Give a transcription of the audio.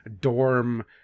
dorm